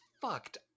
fucked